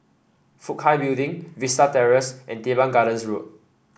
Fook Hai Building Vista Terrace and Teban Gardens Road